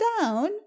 down